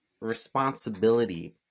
responsibility